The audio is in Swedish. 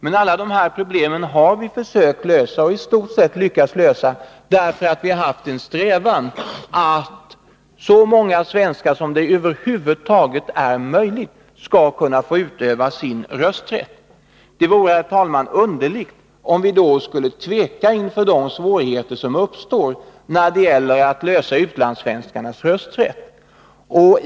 Men alla de här problemen har vi i stort sett lyckats lösa därför att vi har haft en strävan att så många svenskar som det över huvud taget är möjligt skall få utöva sin rösträtt. Det vore, herr talman, underligt om vi då skulle tveka inför de svårigheter som uppstår när det gäller att lösa frågan om utlandssvenskarnas rösträtt.